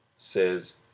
says